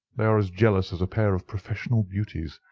they are as jealous as a pair of professional beauties.